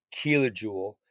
kilojoule